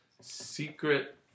secret